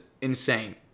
insane